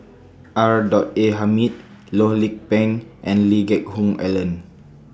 R A Hamid Loh Lik Peng and Lee Geck Hoon Ellen